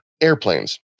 airplanes